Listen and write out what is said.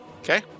Okay